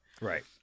Right